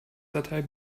datei